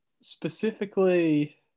specifically